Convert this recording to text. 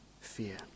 fear